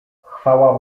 chwała